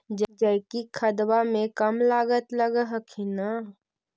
जैकिक खदबा मे तो कम लागत लग हखिन न?